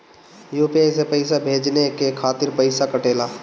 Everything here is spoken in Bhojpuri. यू.पी.आई से पइसा भेजने के खातिर पईसा कटेला?